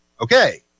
okay